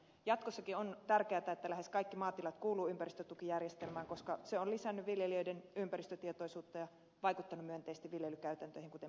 jatkossakin on tärkeätä että lähes kaikki maatilat kuuluvat ympäristötukijärjestelmään koska se on lisännyt viljelijöiden ympäristötietoisuutta ja vaikuttanut myönteisesti viljelykäytäntöihin kuten ministeri totesi